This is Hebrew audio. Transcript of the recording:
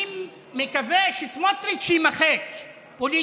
אני מקווה שסמוטריץ' יימחק פוליטית,